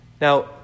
Now